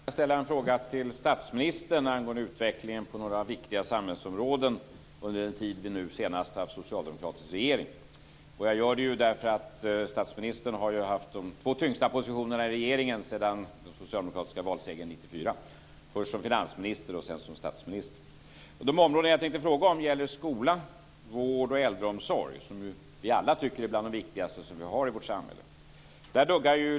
Fru talman! Jag skulle vilja ställa en fråga till statsministern angående utvecklingen på några viktiga samhällsområden under den tid som vi senast har haft en socialdemokratisk regering. Jag gör detta, eftersom statsministern har haft de två tyngsta positionerna i regeringen sedan den socialdemokratiska valsegern 1994. Först var han finansminister, sedan statsminister. De områden som jag tänkte fråga om gäller skolan, vården och äldreomsorgen. Vi tycker alla att dessa områden är bland de viktigaste i vårt samhälle.